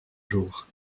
jour